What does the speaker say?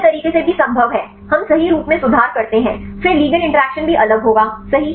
यह दूसरे तरीके से भी संभव है हम सही रूप में सुधार करते हैं फिर लिगैंड इंटरैक्शन भी अलग होगा